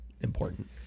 important